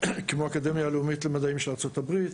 כמו האקדמיה הלאומית למדעים של ארצות הברית,